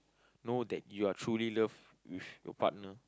know that you are truly in love with your partner